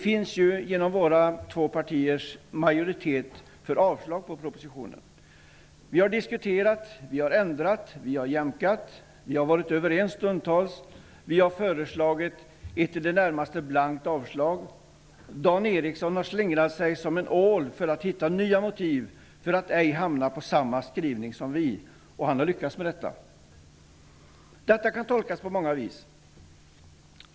Våra två partier utgör ju en majoritet för ett avslag på propositionen. Vi har diskuterat, ändrat och jämkat. Vi har stundtals varit överens. Vi har föreslagit ett i det närmaste blankt avslag. Dan Eriksson har slingrat sig som en ål för att hitta nya motiv för att ej hamna på samma skrivning som vi. Han har lyckats med detta. Detta kan tolkas på många vis.